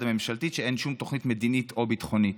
הממשלתית שאין שום תוכנית מדינית או ביטחונית.